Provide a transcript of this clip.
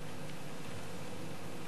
גברתי היושבת-ראש,